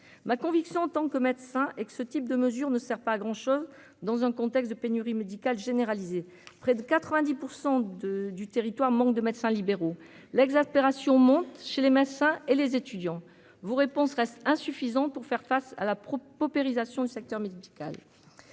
ma conviction en tant que médecin et que ce type de mesure ne sert pas à grand chose, dans un contexte de pénurie médicale généralisée, près de 90 % de du territoire manque de médecins libéraux, l'exaspération monte chez les machins et les étudiants vous réponse reste insuffisant pour faire face à la paupérisation du secteur médical,